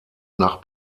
nach